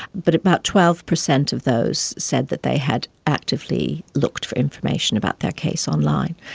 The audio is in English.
but about twelve percent of those said that they had actively looked for information about their case online.